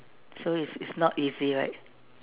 so it's it's not easy right